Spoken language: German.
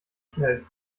schnell